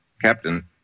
Captain